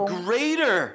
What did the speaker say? greater